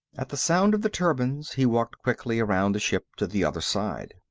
at the sound of the turbines he walked quickly around the ship to the other side.